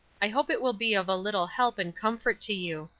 i hope it will be of a little help and comfort to you.